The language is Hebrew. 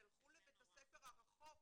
תלכו לבית הספר הרחוק,